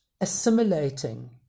assimilating